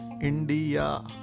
India